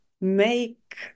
make